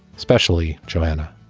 especially joanna,